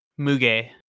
Muge